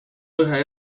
lõhe